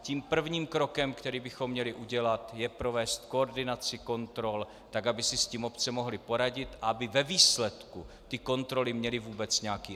Tím prvním krokem, který bychom měli udělat, je provést koordinaci kontrol tak, aby si s tím obce mohly poradit, aby ve výsledku měly kontroly vůbec nějaký efekt.